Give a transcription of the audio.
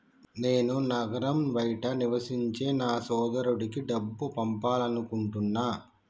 నేను నగరం బయట నివసించే నా సోదరుడికి డబ్బు పంపాలనుకుంటున్నా